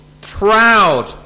proud